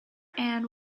end